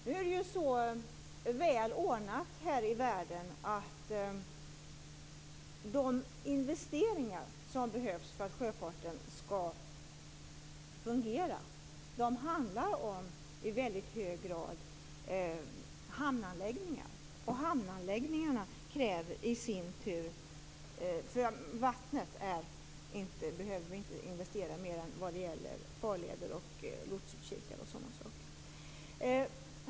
Nu är det så väl ordnat här i världen att de investeringar som behövs för att sjöfarten skall fungera i väldigt hög grad handlar om hamnanläggningar. Vattnet behöver vi inte investera i mer än vad gäller farleder och lotsutkikar.